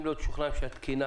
להיות משוכנעים שהתקינה